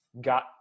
got